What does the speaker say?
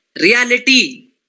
reality